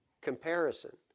comparison